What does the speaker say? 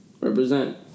represent